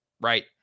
right